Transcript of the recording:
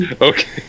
Okay